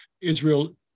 Israel